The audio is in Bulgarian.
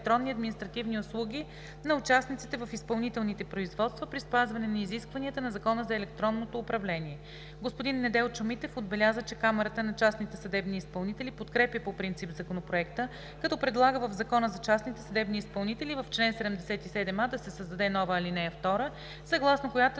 правосъдието ще има възможност да предоставя електронни административни услуги на участниците в изпълнителните производства при спазване на изискванията на Закона за електронното управление. Господин Неделчо Митев отбеляза, че Камарата на частните съдебни изпълнители подкрепя по принцип Законопроекта, като предлага в Закона за частните съдебни изпълнители в чл. 77а да се създаде нова ал. 2, съгласно която